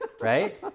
Right